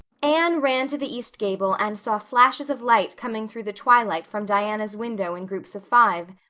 anne ran to the east gable and saw flashes of light coming through the twilight from diana's window in groups of five,